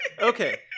Okay